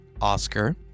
Oscar